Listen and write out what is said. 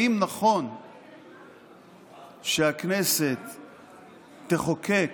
האם נכון שהכנסת תחוקק,